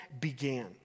began